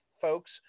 folks